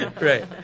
Right